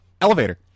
Elevator